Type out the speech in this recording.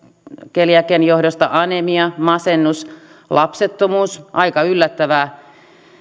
keliakian johdosta anemia masennus lapsettomuus aika yllättävää